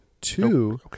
Two